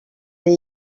les